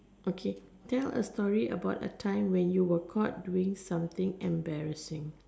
okay tell a story about a time when you were caught doing something embarrassing